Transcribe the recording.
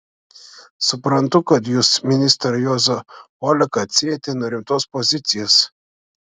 suprantu kad jūs ministrą juozą oleką atsiejate nuo rimtos pozicijos